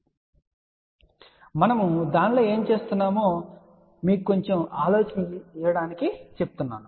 కాబట్టి మనము దానిలో ఏమి చేస్తున్నామో మీకు కొంచెం ఆలోచన ఇవ్వడానికి చెప్తున్నాను